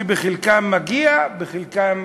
שלחלקן מגיע ולחלקן